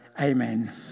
Amen